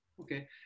Okay